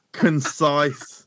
concise